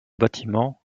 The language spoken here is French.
bâtiment